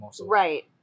right